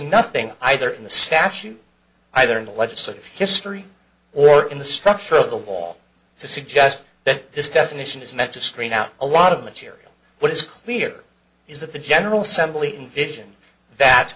nothing either in the statute either in the legislative history or in the structure of the law to suggest that this definition is meant to screen out a lot of material what is clear is that the general simply envision that